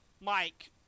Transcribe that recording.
Mike